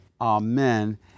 amen